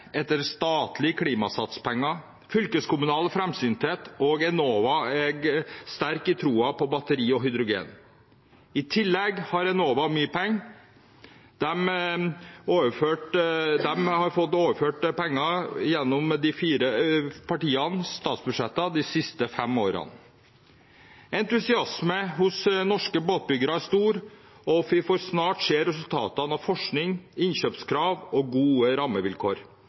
etter statlige Klimasats-penger og fylkeskommunal framsynthet, og Enova er sterk i troen på batteri og hydrogen. I tillegg har Enova mye penger. De har fått overført penger gjennom de fire partienes statsbudsjetter de siste fem årene. Entusiasmen hos norske båtbyggere er stor, og vi får snart se resultatene av forskning, innkjøpskrav og gode rammevilkår.